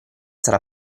sarà